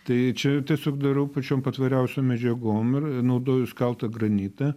tai čia tiesiog darau pačiom patvariausiom medžiagom ir naudoju skeltą granitą